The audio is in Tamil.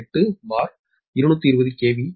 8 220 கே